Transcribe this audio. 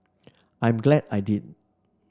I am glad I did